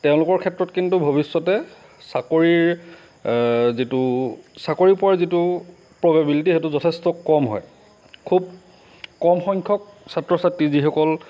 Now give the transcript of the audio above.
তেওঁলোকৰ ক্ষেত্ৰত কিন্তু ভৱিষ্যতে চাকৰিৰ যিটো চাকৰি পোৱাৰ যিটো প্ৰবেবিলিটি সেইটো যথেষ্ট কম হয় খুব কম সংখ্যক ছাত্ৰ ছাত্ৰী যিসকল